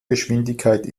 geschwindigkeit